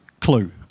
clue